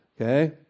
Okay